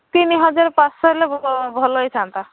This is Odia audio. ତିନି ହଜାର ପାଞ୍ଚଶହ ହେଲେ ଭଲ ହେଇଥାନ୍ତା